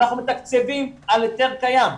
אנחנו מתקצבים על היתר קיים.